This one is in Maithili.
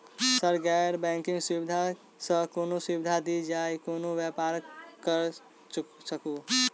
सर गैर बैंकिंग सुविधा सँ कोनों सुविधा दिए जेना कोनो व्यापार करऽ सकु?